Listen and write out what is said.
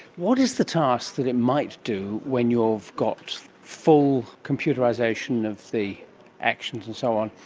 what is the task that it might do when you've got full computerisation of the actions and so on?